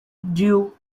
drew